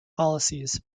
policies